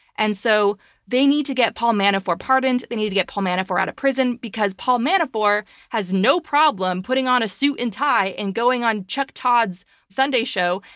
and so they need to get paul manafort pardoned. they need to get paul manafort out of prison, because paul manafort has no problem putting on a suit and tie and going on chuck todd's sunday show,